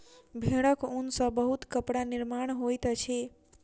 भेड़क ऊन सॅ बहुत कपड़ा निर्माण होइत अछि